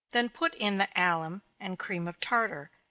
then put in the alum and cream of tartar,